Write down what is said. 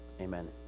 Amen